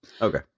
okay